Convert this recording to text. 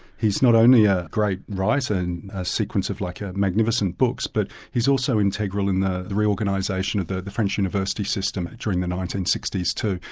he's not only a great writer in a sequence of like ah magnificent books, but he's also integral in the the reorganisation of the the french university system between the nineteen sixty s, too,